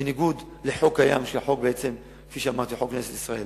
בניגוד לחוק קיים, שהוא חוק כנסת ישראל.